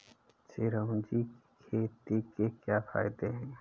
चिरौंजी की खेती के क्या फायदे हैं?